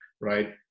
right